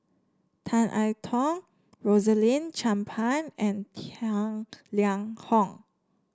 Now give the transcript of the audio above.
Tan I Tong Rosaline Chan Pang and Tang Liang Hong